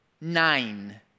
nine